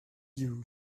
you